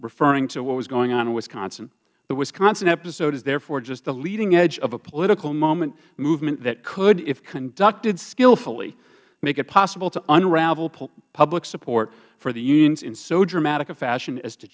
referring to what was going on in wisconsin the wisconsin episode is therefore just a leading edge of a political movement that could if conducted skillfully make it possible to unravel public support for the unions in so dramatic a fashion as to